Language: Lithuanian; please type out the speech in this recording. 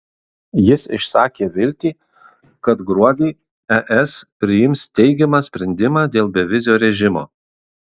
jis išsakė viltį kad gruodį es priims teigiamą sprendimą dėl bevizio režimo